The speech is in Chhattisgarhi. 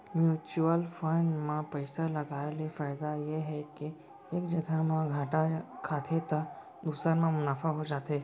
म्युचुअल फंड म पइसा लगाय ले फायदा ये हे के एक जघा म घाटा खाथे त दूसर म मुनाफा हो जाथे